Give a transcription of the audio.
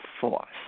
force